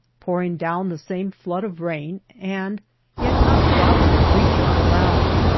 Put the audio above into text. pouring down the same flood of rain, and yet not a drop of it reaching the ground.